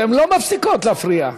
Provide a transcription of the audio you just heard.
אתן לא מפסיקות להפריע.